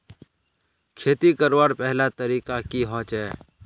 खेती करवार पहला तरीका की होचए?